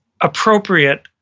appropriate